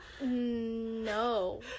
No